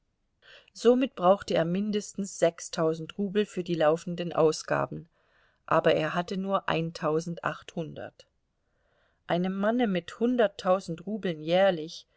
somit brauchte er mindestens sechstausend rubel für die laufenden ausgaben aber er hatte nur eintausendachthundert einem manne mit hunderttausend rubeln jährlich